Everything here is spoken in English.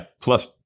Plus